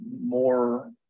more